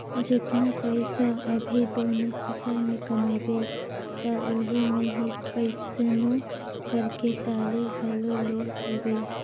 जेतना पइसा अभी दूनो फसल में कमाबे त ओही मे ही कइसनो करके टाली घलो ले लेबे